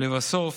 לבסוף,